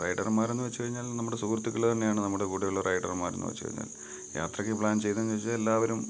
റൈഡറുമാരെന്ന് വച്ച് കഴിഞ്ഞാൽ നമ്മുടെ സുഹൃത്തുക്കൾ തന്നെയാണ് നമ്മുടെ കൂടെയുള്ള റൈഡറുമാരെന്ന് വച്ച് കഴിഞ്ഞാൽ യാത്രയ്ക്ക് പ്ലാൻ ചെയ്യണന്ന് വച്ച് കഴിഞ്ഞാൽ എല്ലാവരും